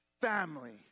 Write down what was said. family